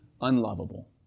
unlovable